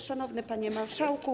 Szanowny Panie Marszałku!